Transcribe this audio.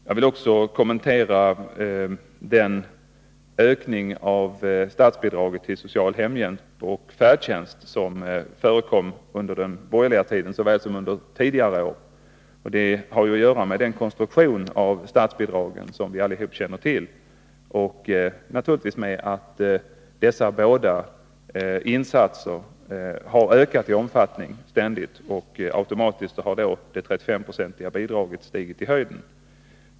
Jag vill också kommentera den ökning av statsbidraget till social hemhjälp och färdtjänst som förekom under den borgerliga tiden såväl som under tidigare år. Det har att göra med den konstruktion av statsbidragen som vi alla känner till och naturligtvis med att dessa båda insatser ständigt har ökat i omfattning. Det 35-procentiga bidraget har då automatiskt ständigt skjutit i höjden.